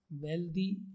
wealthy